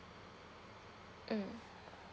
mm